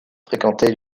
fréquenté